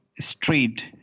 street